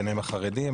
ביניהם החרדים.